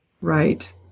Right